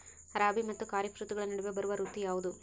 ರಾಬಿ ಮತ್ತು ಖಾರೇಫ್ ಋತುಗಳ ನಡುವೆ ಬರುವ ಋತು ಯಾವುದು?